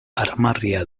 armarria